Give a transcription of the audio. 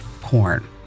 porn